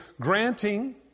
granting